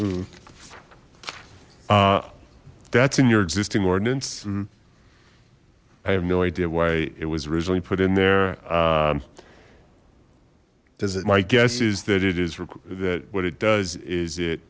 that's in your existing ordinance i have no idea why it was originally put in there does it my guess is that it is that what it does is it